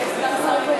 בן-דהן,